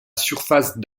surface